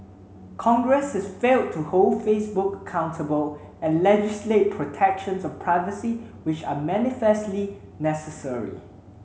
congress has failed to hold Facebook accountable and legislate protections on privacy which are manifestly necessary